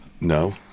No